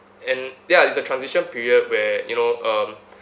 and ya it's a transition period where you know um